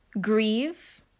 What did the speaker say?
grieve